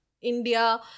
India